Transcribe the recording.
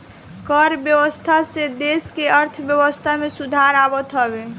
कर व्यवस्था से देस के अर्थव्यवस्था में सुधार आवत हवे